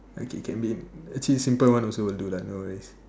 okay can be actually simple one also will do lah no worries